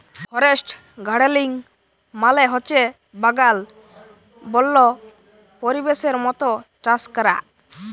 forest গাড়েলিং মালে হছে বাগাল বল্য পরিবেশের মত চাষ ক্যরা